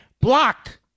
blocked